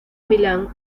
milán